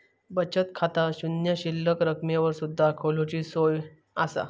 बचत खाता शून्य शिल्लक रकमेवर सुद्धा खोलूची सोया असा